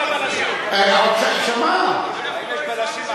האם לבלשים?